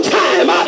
time